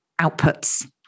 outputs